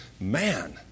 Man